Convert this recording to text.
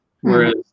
whereas